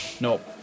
Nope